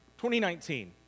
2019